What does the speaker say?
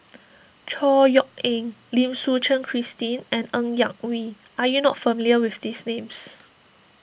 Chor Yeok Eng Lim Suchen Christine and Ng Yak Whee are you not familiar with these names